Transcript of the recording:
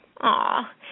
Aw